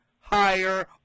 higher